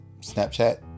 snapchat